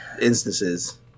instances